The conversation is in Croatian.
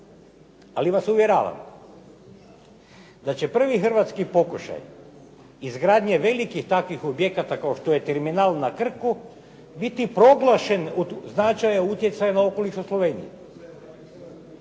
Ali vas uvjeravam da će prvi hrvatski pokušaj izgradnje velikih takvih objekata kao što je terminal na Krku biti proglašen od značajnog utjecaja na okoliš u Sloveniji.